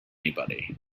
anybody